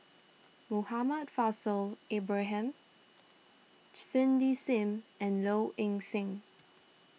Muhammad Faishal Ibrahim Cindy Sim and Low Ing Sing